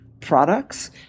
products